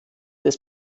des